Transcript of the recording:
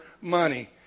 money